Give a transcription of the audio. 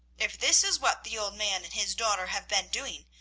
if this is what the old man and his daughter have been doing,